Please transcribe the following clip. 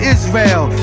Israel